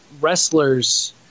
wrestlers